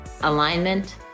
Alignment